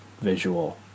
visual